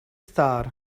star